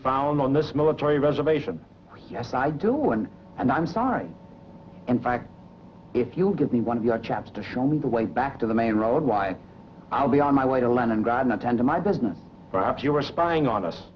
found on this military reservation yes i do and i'm sorry in fact if you'll give me one of your chaps to show me the way back to the main road why i'll be on my way to leningrad and attend to my business perhaps you are spying on us